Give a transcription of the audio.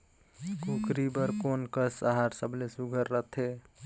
कूकरी बर कोन कस आहार सबले सुघ्घर रथे?